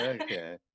okay